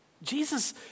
Jesus